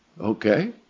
Okay